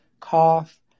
cough